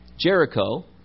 Jericho